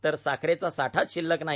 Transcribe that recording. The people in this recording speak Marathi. तर साखरेचा साठाच शिल्लक नाही